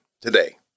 today